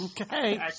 Okay